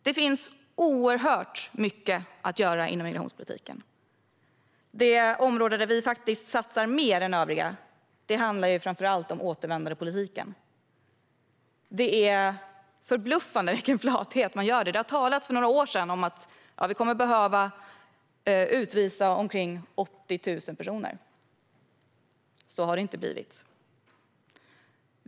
Det finns oerhört mycket att göra inom migrationspolitiken. Det område där vi faktiskt satsar mer än övriga berör framför allt återvändandepolitiken. Det är förbluffande vilken flathet som finns här. För några år sedan talades det om att vi kommer att behöva utvisa omkring 80 000 personer. Så har det inte blivit.